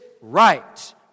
right